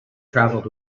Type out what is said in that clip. travelled